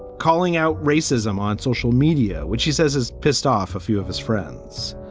calling out racism on social media, which he says is pissed off a few of his friends,